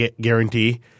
guarantee